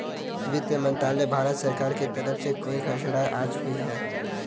वित्त मंत्रालय, भारत सरकार के तरफ से कई घोषणाएँ आज हुई है